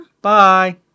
bye